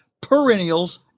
perennials